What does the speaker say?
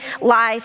life